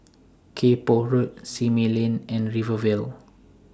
Kay Poh Road Simei Lane and Rivervale